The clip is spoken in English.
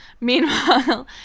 Meanwhile